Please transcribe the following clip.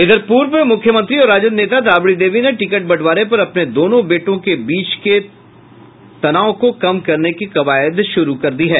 इधर पूर्व मुख्यमंत्री और राजद नेता राबड़ी देवी ने टिकट बंटवारे पर अपने दोनों बेटों के बीच के तनाव को कम करने की कवायद शुरू कर दी है